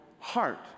heart